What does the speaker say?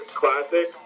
classic